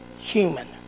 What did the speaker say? human